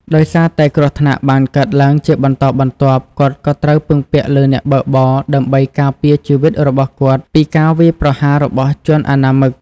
ដោយសារតែគ្រោះថ្នាក់បានកើតឡើងជាបន្តបន្ទាប់ គាត់ក៏ត្រូវពឹងពាក់លើអ្នកបើកបរដើម្បីការពារជីវិតរបស់គាត់ពីការវាយប្រហាររបស់ជនអនាមិក។